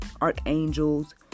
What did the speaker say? archangels